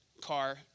car